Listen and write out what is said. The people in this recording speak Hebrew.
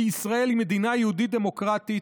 כי ישראל היא מדינה יהודית דמוקרטית,